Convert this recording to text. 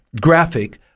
graphic